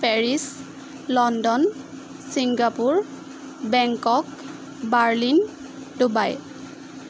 Paris London Singapore Bangkok Berlin Dubai